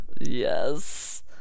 Yes